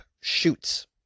shoots